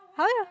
!huh!